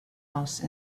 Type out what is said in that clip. else